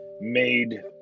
made